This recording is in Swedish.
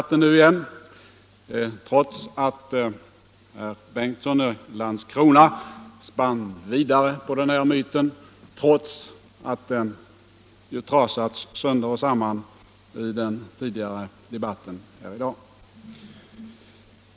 Trots att herr Bengtsson i Landskrona spann vidare på denna myt som trasats sönder och samman i den tidigare debatten här i dag, skall jag på grund av den sena timmen avstå från ytterligare kommentarer på denna punkt.